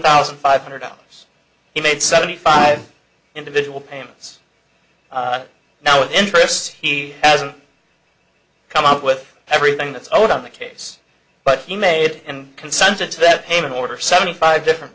thousand five hundred dollars he made seventy five individual payments now interests he hasn't come up with everything that's all on the case but he made and consented to that pain in order seventy five different